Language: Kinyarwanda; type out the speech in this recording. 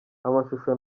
amashusho